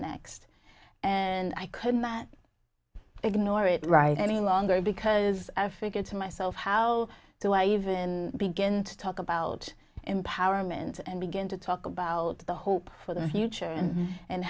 next and i couldn't ignore it right any longer because i figure to myself how do i even begin to talk about empowerment and begin to talk about the hope for the future and